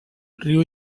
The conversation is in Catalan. riu